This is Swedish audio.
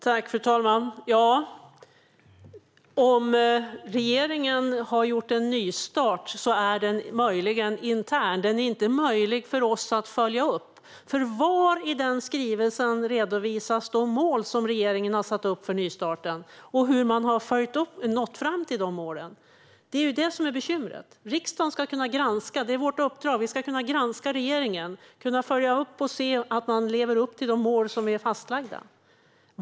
Fru talman! Om regeringen har gjort en nystart är den möjligen intern. Det är inte möjligt för oss att följa upp den. Var i skrivelsen redovisas de mål som regeringen har satt upp för nystarten och hur man har uppnått dem? Det är ju detta som är bekymret. Riksdagen ska kunna granska regeringen. Det är vårt uppdrag. Vi ska kunna följa upp och se att man lever upp till de mål som är fastlagda.